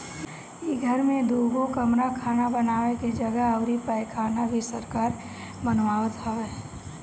इ घर में दुगो कमरा खाना बानवे के जगह अउरी पैखाना भी सरकार बनवावत हवे